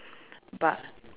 but